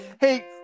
hey